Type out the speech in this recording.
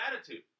attitude